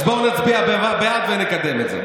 אז בואו נצביע בעד ונקדם את זה.